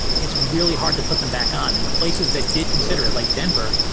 it's really hard to put them back on. and the places that did consider it, like denver,